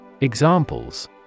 Examples